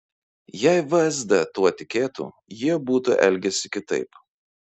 jei vsd tuo tikėtų jie būtų elgęsi kitaip